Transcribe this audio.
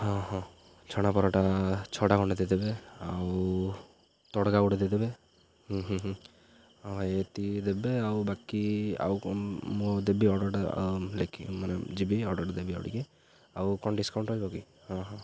ହଁ ହଁ ଛଣାପରାଟା ଛଅଟା ଖଣ୍ଡେ ଦେଇଦେବେ ଆଉ ତଡ଼କା ଗୋଟେ ଦେଇଦେବେ ହୁଁ ହୁଁ ହଁ ଏତିକ ଦେବେ ଆଉ ବାକି ଆଉ ମୁଁ ଦେବି ଅର୍ଡ଼ରଟା ଲେଖି ମାନେ ଯିବି ଅର୍ଡ଼ରଟା ଦେବି ଆଉ ଟିକେ ଆଉ କ'ଣ ଡିସକାଉଣ୍ଟ ରହିବ କି ହଁ ହଁ